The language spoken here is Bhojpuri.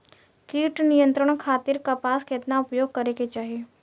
कीट नियंत्रण खातिर कपास केतना उपयोग करे के चाहीं?